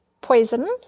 poison